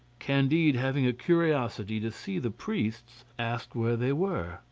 candide having a curiosity to see the priests asked where they were.